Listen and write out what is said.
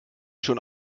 schon